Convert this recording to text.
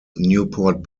newport